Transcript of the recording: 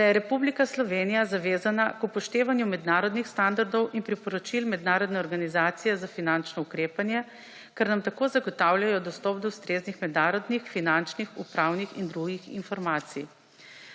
da je Republika Slovenija zavezana k upoštevanju mednarodnih standardov in priporočil mednarodne organizacije za finančno ukrepanje, ker nam tako zagotavljajo dostop do ustreznih mednarodnih, finančnih, upravnih in drugih informacij.